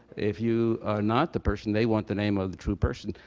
if you are not the person, they want the name of the true person,